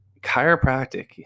chiropractic